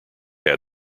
had